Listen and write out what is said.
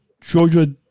Georgia